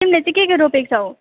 तिमीले चाहिँ के के रोपेको छौ